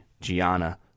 Gianna